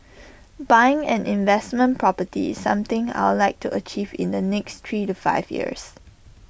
buying an investment property something I'd like to achieve in the next three to five years